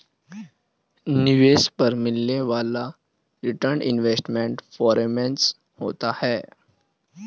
निवेश पर मिलने वाला रीटर्न इन्वेस्टमेंट परफॉरमेंस होता है